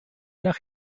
nach